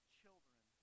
children